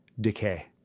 decay